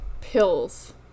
pills